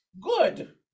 good